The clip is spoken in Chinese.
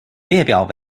列表